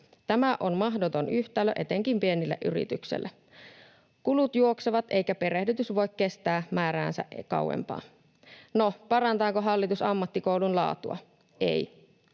Tämä on mahdoton yhtälö etenkin pienille yrityksille. Kulut juoksevat, eikä perehdytys voi kestää määräänsä kauempaa. No, parantaako hallitus ammattikoulun laatua? Ei.